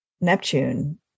Neptune